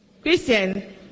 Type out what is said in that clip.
Christian